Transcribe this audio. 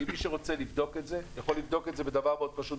ומי שרוצה לבדוק יכול לבדוק את זה בדבר מאוד פשוט,